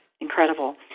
incredible